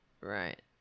right